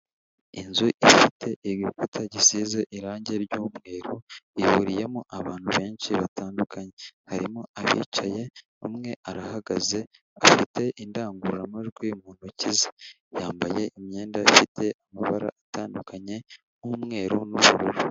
Inzu ifite igikuta gisize irangi ry'umweru, ihuriyemo abantu benshi batandukanye, harimo abicaye, umwe arahagaze, afite indangururamajwi mu ntoki ze, yambaye imyenda ifite amabara atandukanye nk'umweru n'ubururu.